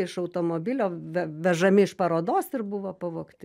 iš automobilio ve vežami iš parodos ir buvo pavogti